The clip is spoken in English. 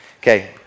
Okay